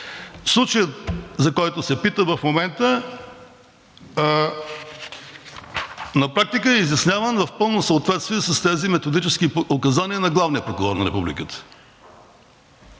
Случаят, за който се пита в момента, на практика е изясняван в пълно съответствие с тези методически указания на главния прокурор на републиката.